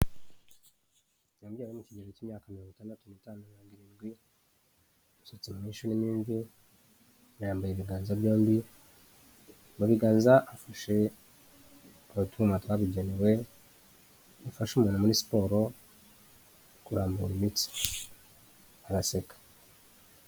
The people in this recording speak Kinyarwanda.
Umubyeyi uri mu kigero cy'imyaka mirongo itandatu mirongo irindwi umusatsi mwinshi urimo imvi yambaye ibiganza byombi mugaza afashe abatuma twabigenewe afasha umuntu muri siporo kurambura imitsi araseka.